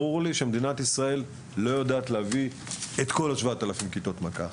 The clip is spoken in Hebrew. ברור לי שמדינת ישראל לא יודעת להביא את כל 7,000 הכיתות במכה אחת,